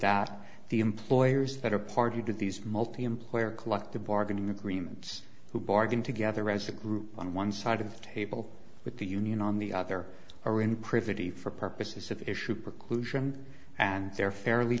that the employers that are party to these multiemployer collective bargaining agreements who bargain together as a group on one side of the table with the union on the other are in privity for purposes of issue preclusion and they're fairly